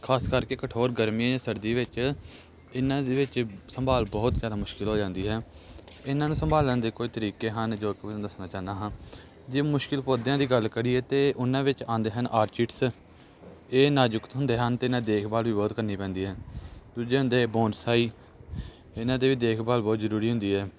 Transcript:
ਖਾਸ ਕਰਕੇ ਕਠੋਰ ਗਰਮੀਆਂ ਜਾਂ ਸਰਦੀ ਵਿੱਚ ਇਹਨਾਂ ਦੇ ਵਿੱਚ ਸੰਭਾਲ ਬਹੁਤ ਜ਼ਿਆਦਾ ਮੁਸ਼ਕਿਲ ਹੋ ਜਾਂਦੀ ਹੈ ਇਹਨਾਂ ਨੂੰ ਸੰਭਾਲਣ ਦੇ ਕੁਝ ਤਰੀਕੇ ਹਨ ਜੋ ਕਿ ਤੁਹਾਨੂੰ ਦੱਸਣਾ ਚਾਹੁੰਦਾ ਹਾਂ ਜੇ ਮੁਸ਼ਕਿਲ ਪੌਦਿਆਂ ਦੀ ਗੱਲ ਕਰੀਏ ਤਾਂ ਉਹਨਾਂ ਵਿੱਚ ਆਉਂਦੇ ਹਨ ਆਰਚੀਟਸ ਇਹ ਨਾਜ਼ੁਕ ਹੁੰਦੇ ਹਨ ਅਤੇ ਇਹਨਾਂ ਦੀ ਦੇਖਭਾਲ ਵੀ ਬਹੁਤ ਕਰਨੀ ਪੈਂਦੀ ਹੈ ਦੂਜੇ ਹੁੰਦੇ ਬੋਨਸਾਈ ਇਹਨਾਂ ਦੀ ਵੀ ਦੇਖਭਾਲ ਬਹੁਤ ਜ਼ਰੂਰੀ ਹੁੰਦੀ ਹੈ